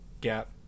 gap